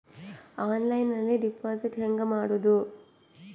ಆನ್ಲೈನ್ನಲ್ಲಿ ಡೆಪಾಜಿಟ್ ಹೆಂಗ್ ಮಾಡುದು?